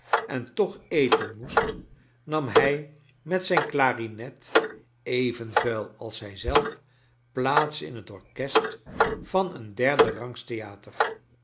en toch eten moest nam hij met zijn clarinet even vuil als hij zell plaats in het orkest van een derde rangs theater